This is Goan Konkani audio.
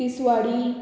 तिसवाडी